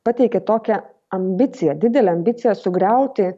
pateikė tokią ambiciją didelę ambiciją sugriauti